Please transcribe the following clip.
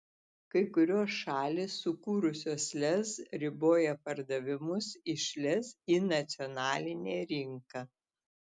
kai kurios šalys sukūrusios lez riboja pardavimus iš lez į nacionalinę rinką